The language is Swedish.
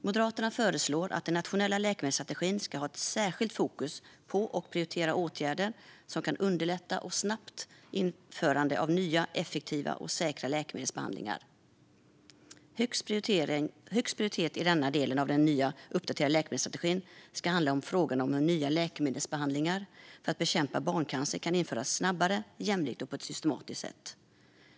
Moderaterna föreslår att den nationella läkemedelstrategin ska ha ett särskilt fokus på och prioritera åtgärder som kan underlätta ett snabbt införande av nya, effektivare och säkra läkemedelsbehandlingar. Högst prioritet i den delen av den nya uppdaterade läkemedelsstrategin ska ligga på frågan hur nya läkemedelsbehandlingar för att bekämpa barncancer kan införas snabbare, jämlikt och på ett systematiskt sätt.